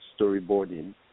storyboarding